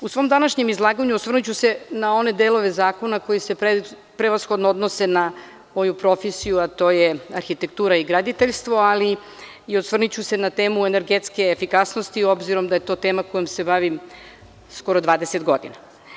U svom današnjem izlaganju osvrnuću se na one delove zakona koji se prevashodno odnose na moju profesiju, a to je arhitektura i graditeljstvo, ali osvrnuću se na temu energetske efikasnosti, obzirom da je to tema kojom se bavim skoro 20 godina.